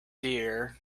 dear